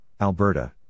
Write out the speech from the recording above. Alberta